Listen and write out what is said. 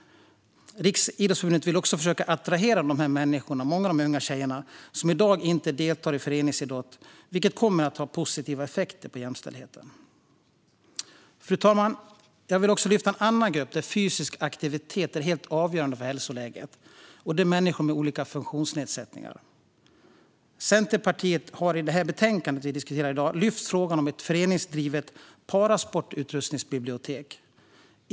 Riksidrottsförbundet vill också försöka attrahera de unga tjejer som i dag inte deltar i föreningsidrott, vilket kommer att ha positiva effekter på jämställdheten. Fru talman! Jag ska också lyfta fram en grupp där fysisk aktivitet är helt avgörande för hälsoläget, och det är människor med olika funktionsnedsättningar. Centerpartiet har i dagens betänkande tagit upp frågan om ett föreningsdrivet parasportutrustningsbibliotek.